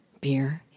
Beer